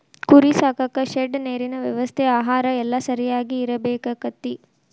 ಕುರಿ ಸಾಕಾಕ ಶೆಡ್ ನೇರಿನ ವ್ಯವಸ್ಥೆ ಆಹಾರಾ ಎಲ್ಲಾ ಸರಿಯಾಗಿ ಇರಬೇಕಕ್ಕತಿ